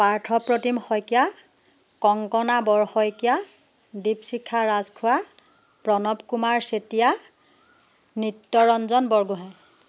Partha Pratim Saikia Kankana Borsaikia Dipshikha Rajkhowa Pranab Kumar Chetia Nitya Ranjan Borgohain